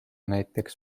näiteks